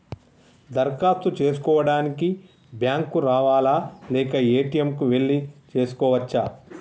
దరఖాస్తు చేసుకోవడానికి బ్యాంక్ కు రావాలా లేక ఏ.టి.ఎమ్ కు వెళ్లి చేసుకోవచ్చా?